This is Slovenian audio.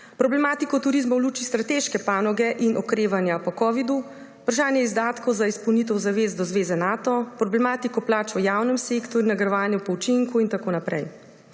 problematiko turizma v luči strateške panoge in okrevanja po covidu-19; vprašanje izdatkov za izpolnitev zavez do zveze Nato; problematiko plač v javnem sektorju in nagrajevanje po učinku in tako naprej.